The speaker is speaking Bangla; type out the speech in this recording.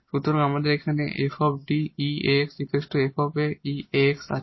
সুতরাং আমাদের এখানে 𝑓𝐷 𝑒 𝑎𝑥 𝑓𝑎𝑒 𝑎𝑥 আছে